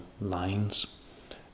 lines